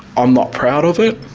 i'm not proud of it,